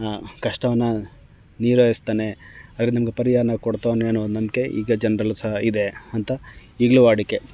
ಕಷ್ಟವನ್ನು ನಿರ್ವಹಿಸ್ತೇನೆ ಆದರೆ ನಮಗೆ ಪರ್ಯಾನ ಕೊಡ್ತವ್ನೊ ಏನೋ ನಂಬಿಕೆ ಈಗ ಜನರಲ್ಲು ಸಹ ಇದೆ ಅಂತ ಈಗಲೂ ವಾಡಿಕೆ